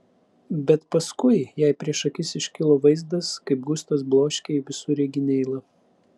bet paskui jai prieš akis iškilo vaizdas kaip gustas bloškia į visureigį neilą